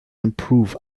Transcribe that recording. improve